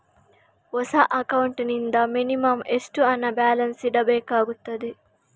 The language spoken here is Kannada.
ಹೊಸ ಅಕೌಂಟ್ ನಲ್ಲಿ ಮಿನಿಮಂ ಎಷ್ಟು ಹಣ ಬ್ಯಾಲೆನ್ಸ್ ಇಡಬೇಕಾಗುತ್ತದೆ?